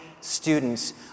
students